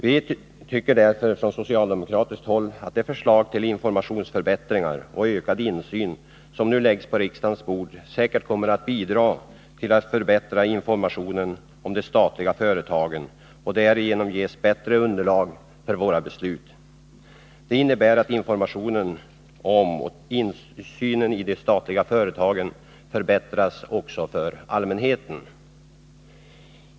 Vi anser från socialdemokratiskt håll att det förslag till förbättrad redovisning och ökad insyn som nu läggs på riksdagens bord säkert kommer att bidra till att förbättra informationen om de statliga företagen och att vi därigenom ges bättre underlag för våra beslut. Det innebär att informationen om och insynen i de statliga företagen förbättras också för allmänheten.